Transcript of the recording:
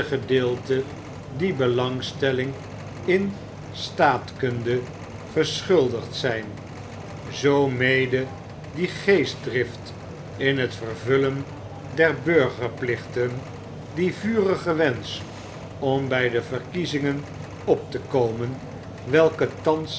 gedeelte die belangstelling in staatkunde verschuldigd zyn zoomede die geestdrift in het vervullen der burgerplichten die vurige wensch om by de verkiezingen op te komen welke thans